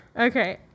Okay